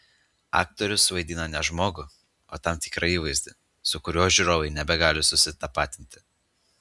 aktorius vaidina ne žmogų o tam tikrą įvaizdį su kuriuo žiūrovai nebegali susitapatinti